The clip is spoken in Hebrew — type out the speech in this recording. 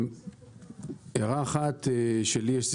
הערה אחת שלי יש,